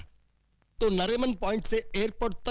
so nariman point to airport.